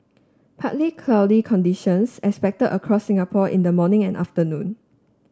partly cloudy conditions expected across Singapore in the morning and afternoon